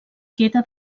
queda